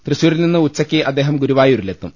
തൃശൂരിൽ നിന്ന് ഉച്ചയ്ക്ക് അദ്ദേഹം ഗുരുവായൂരിലെത്തും